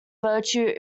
virtue